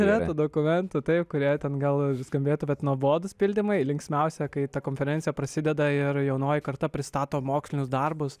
yra tų dokumentų kuria ten gal skambėtų bet nuobodūs pildymai linksmiausia kai ta konferencija prasideda ir jaunoji karta pristato mokslinius darbus